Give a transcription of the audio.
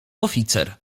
oficer